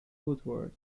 woodward